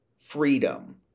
Freedom